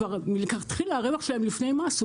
כבר מלכתחילה הרווח שלהם לפני מס הוא